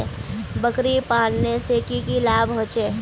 बकरी पालने से की की लाभ होचे?